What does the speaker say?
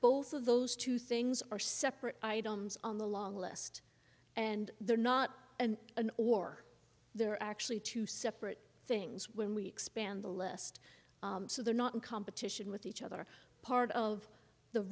both of those two things are separate items on the long list and they're not and and or they're actually two separate things when we expand the list so they're not in competition with each other part of the